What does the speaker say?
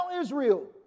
Israel